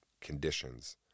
conditions